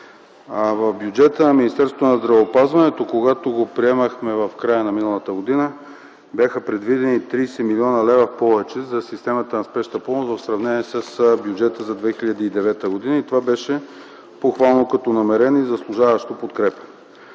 В бюджета на Министерството на здравеопазването, когато го приемахме в края на миналата година, бяха предвидени 30 млн. лв. повече за системата на Спешната помощ в сравнение с бюджета за 2009 г. Това беше похвално като намерение, заслужаващо подкрепа.